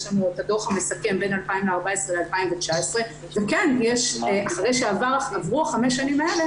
יש לנו את הדו"ח המסכם בין 2014-2019 וכן אחרי שעברו החמש שנים האלה